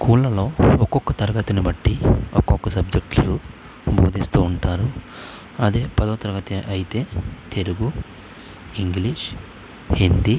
స్కూళ్ళలో ఒక్కొక్క తరగతిని బట్టి ఒక్కొక్క సబ్జెక్ట్సు భోదిస్తు ఉంటారు అదే పదవ తరగతి అయితే తెలుగు ఇంగ్లీష్ హిందీ